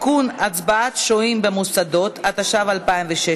בהצעת חוק לתיקון פקודת היבוא והיצוא (מס'